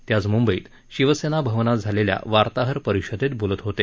ते आज मुंबईत शिवसेना भवनात झालेल्या वार्ताहर परिषदेत बोलत होते